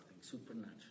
supernatural